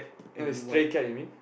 no a stray cat you mean